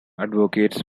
advocates